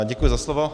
Děkuji za slovo.